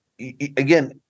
Again